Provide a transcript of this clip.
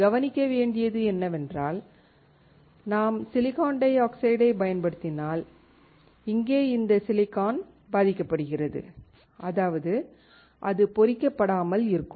கவனிக்க வேண்டியது என்னவென்றால் நாம் SiO2ஐப் பயன்படுத்தினால் இங்கே இந்த சிலிக்கான் பாதிக்கப்படுகிறது அதாவது அது பொறிக்கப் படாமல் இருக்கும்